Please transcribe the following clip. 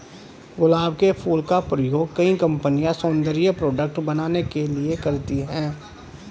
गुलाब के फूल का प्रयोग कई कंपनिया सौन्दर्य प्रोडेक्ट बनाने के लिए करती है